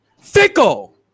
fickle